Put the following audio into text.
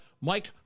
Mike